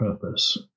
purpose